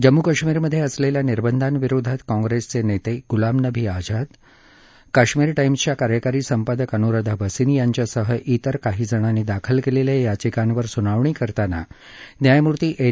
जम्मू कश्मीरमध्ये असलेल्या निर्बधांविरोधात काँग्रेसचे नेते गुलाम नबी आझाद काश्मीर टाईम्सच्या कार्यकारी संपादक अनुराधा भसीन यांच्यासह तिर काही जणांनी दाखल केलेल्या याचिकांवर सुनावणी करताना न्यायमूर्ती एन